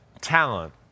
talent